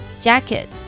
Jacket